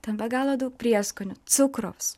ten be galo daug prieskonių cukraus